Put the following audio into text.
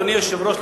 אדוני היושב-ראש,